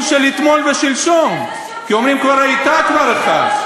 של אתמול ושלשום כי אומרים: כבר הייתה אחת.